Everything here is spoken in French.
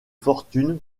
fortune